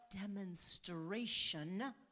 demonstration